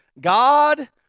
God